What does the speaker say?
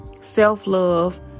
self-love